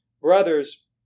brothers